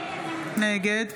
נגד